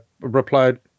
replied